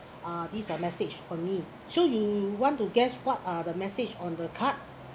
uh this uh message for me so you want to guess what are the message on the card